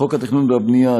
חוק התכנון והבנייה,